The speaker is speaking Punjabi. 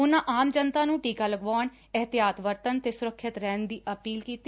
ਉਨੂਾ ਆਮ ਜਨਤਾ ਨੂੰ ਟੀਕਾ ਲਗਵਾਉਣ ਅਹਿਤਿਆਤ ਵਰਤਣ ਤੇ ਸੁਰੱਖਿਅਤ ਰਹਿਣ ਦੀ ਅਪੀਲ ਕੀਤੀ